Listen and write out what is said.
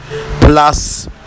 plus